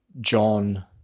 John